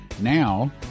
Now